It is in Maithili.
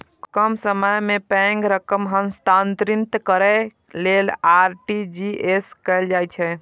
कम समय मे पैघ रकम हस्तांतरित करै लेल आर.टी.जी.एस कैल जाइ छै